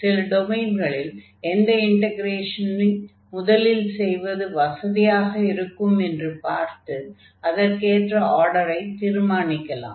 சில டொமைன்களில் எந்த இன்டக்ரேஷனை முதலில் செய்வது வசதியாக இருக்கும் என்று பார்த்து அதற்கு எற்ற ஆர்டரை தீர்மானிக்கலாம்